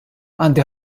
għandi